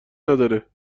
نداره